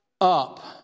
up